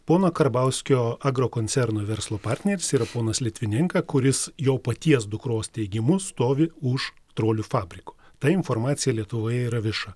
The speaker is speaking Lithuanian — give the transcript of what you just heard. pono karbauskio agrokoncerno verslo partneris yra ponas litvinenka kuris jo paties dukros teigimu stovi už trolių fabriko ta informacija lietuvoje yra vieša